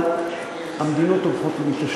אבל המדינות הולכות ומתעשתות.